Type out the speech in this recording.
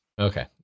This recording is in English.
okay